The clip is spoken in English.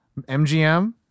MGM